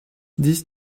dix